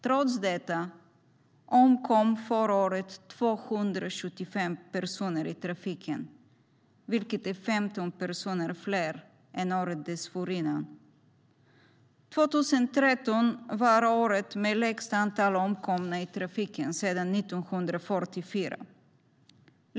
Trots detta omkom förra året 275 personer i trafiken, vilket är 15 personer fler än året dessförinnan. 2013 var året med lägst antal omkomna i trafiken sedan 1944.